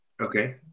okay